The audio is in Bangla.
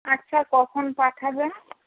আচ্ছা কখন পাঠাবে